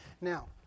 now